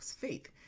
faith